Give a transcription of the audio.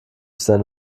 seine